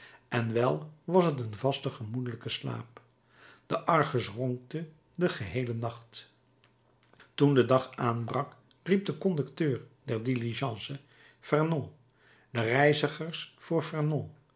en wel was t een vaste gemoedelijke slaap de argus ronkte den geheelen nacht toen de dag aanbrak riep de conducteur der diligence vernon de reizigers voor